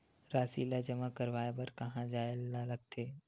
राशि ला जमा करवाय बर कहां जाए ला लगथे